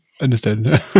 understand